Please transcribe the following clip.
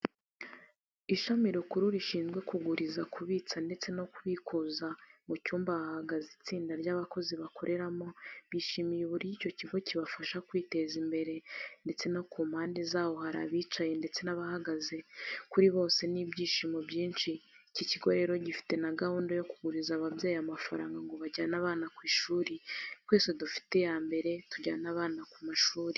Ishami rikuru rishizwe kuguriza, kubitsa ndetse no kubikuza, mu cyumba hahagaze itsinda ry'abakozi bakoreramo bishimiye uburyo icyo kigo kibafasha kwiteza imbere ndetse ku mpande zaho hari abicaye ndetse n'abahagaze, kuri bose ni ibyishimo byinshi, iki kigo rero gifite n'agahunda yo kuguriza ababyeyi amafaranga ngo bajyane abana ku ishuri, twese dufate iyambere tujyane abana ku mashuri.